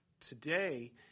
today